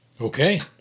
Okay